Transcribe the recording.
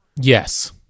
Yes